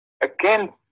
again